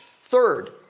Third